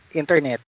internet